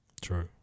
True